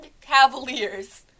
Cavaliers